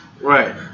Right